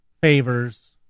favors